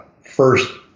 first